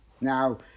now